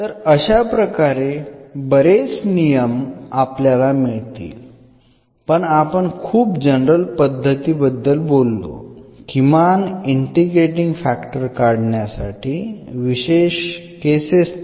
तर अशाप्रकारे बरेच नियम आपल्याला मिळतील पण आपण खूप जनरल पद्धती बद्दल बोललो किमान इंटिग्रेटींग फॅक्टर काढण्याच्या विशेष केसेस तरी